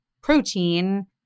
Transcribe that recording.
protein